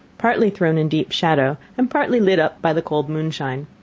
partly thrown in deep shadow, and partly lit up by the cold moonshine.